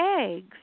eggs